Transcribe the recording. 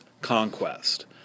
conquest